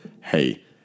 hey